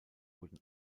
wurden